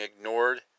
ignored